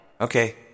Okay